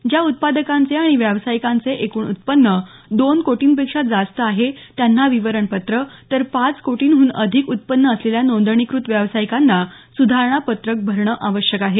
ज्या उत्पादकांचे आणि व्यावसायिकांचे एकूण उत्पन्न दोन कोटींपेक्षा जास्त आहे त्यांना विवरण तर पाच कोटींहून अधिक उत्पन्न असलेल्या नोंदणीकृत व्यावसायिकांना सुधारणापत्रक भरणे आवश्यक आहे